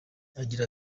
agira